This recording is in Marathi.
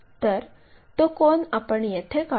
तर तो कोन आपण येथे काढू